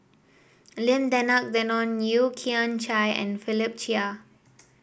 Lim Denan Denon Yeo Kian Chai and Philip Chia